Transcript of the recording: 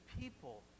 people